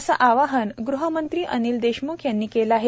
असे आवाहन गृहमंत्री अनिल देशमुख यांनी केले आहे